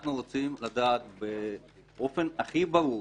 אנחנו רוצים לדעת באופן הכי ברור,